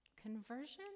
Conversion